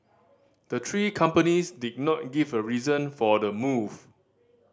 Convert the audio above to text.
the three companies did not give a reason for the move